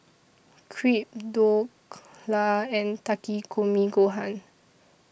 Crepe Dhokla and Takikomi Gohan